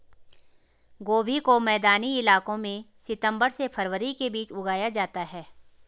गोभी को मैदानी इलाकों में सितम्बर से फरवरी के बीच उगाया जाता है